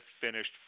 finished